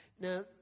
Now